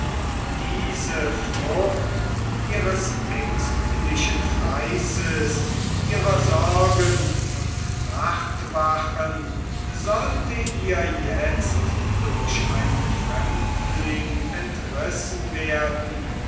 diese frucht ihres ängstlichen fleißes ihrer sorgen und nachtwachen sollte ihr jetzt durch einen fremdling entrissen werden